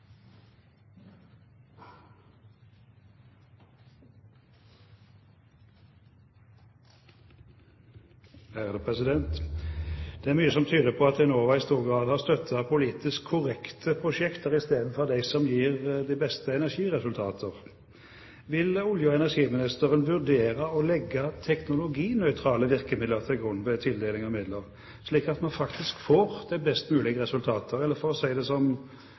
Det er mye som tyder på at Enova i stor grad har støttet politisk korrekte prosjekter i stedet for dem som gir de beste energiresultater. Vil olje- og energiministeren vurdere å legge teknologinøytrale virkemidler til grunn ved tildeling av midler, slik at vi faktisk får det best mulige resultatet – eller for å si det slik som